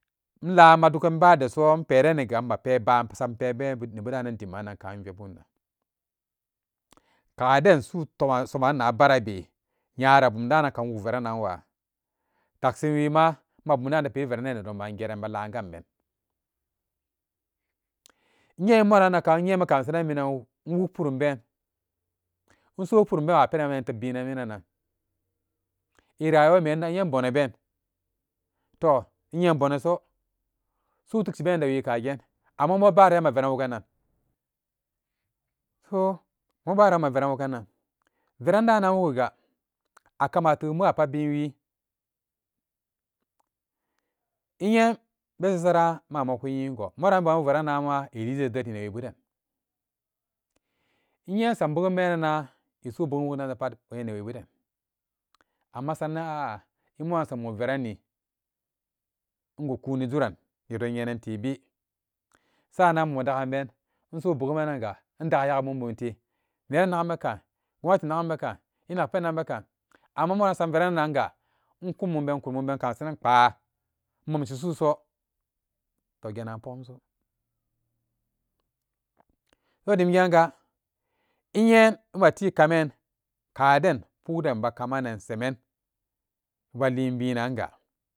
Inlaa madugan ba desoi inperaniga, mapen basampen nebudandiman kan in veburan kaden su'u toma soman na baara be nyara bum daan nankan inwukveranwa taksin wiima mabumdaan ta piri veera an nedon maa geran ba laan ganben inye moranka inyee beka masu minan in wuk purum been inso purum been wa penan minan tebbin minanan e rayuwameinye boneben toh inyeboneso su'u tikshi beenan dee wii kagen ammo mobaron maveran wuganani verandanan inwukringa a kami ateeu mapa binwii eyen jeran mapa kuyingo moranbon wuk verananma eliijedet newebuden inye in sam bebanbenana iso boni depart enewebuden amma sara nan a'a emoran esammo verani ingukuuni jurannedon nyenan tebe sa'annan bum dagan been inso buma niga indagaa yagamubumte neran nagum bekan gwamnati nagum bekan enak penan bekan amma moran in samberananga inkummumbeen in kurimumbeen kamasanan kpaa in momshi su'uso togenagan pogumso so dim genga inye matikamen kaden pukden bekamanan semen be liin binnanga